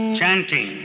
chanting